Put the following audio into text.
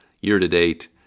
year-to-date